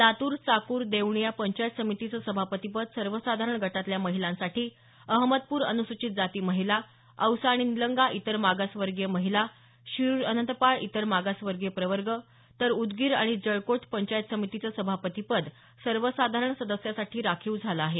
लातूर चाकुर देवणी या पंचायत समितीचं सभापती पद सर्वसाधारण गटातल्या महिलांसाठी अहमदपूर अनुसुचित जाती महिला औसा आणि निलंगा इतर मागासवर्गीय महिला शिरुर अनंतपाळ इतर मागासवर्गीय प्रवर्ग तर उदगीर आणि जळकोट पंचायत समितीचं सभापती पद सर्वसाधारण सदस्यासाठी राखीव झालं आहे